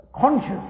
conscious